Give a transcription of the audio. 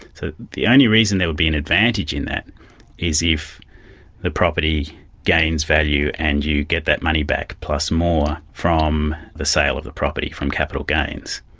the the only reason there would be an advantage in that is if the property gains value and you get that money back, plus more from the sale of the property from capital gains.